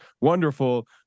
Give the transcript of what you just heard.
wonderful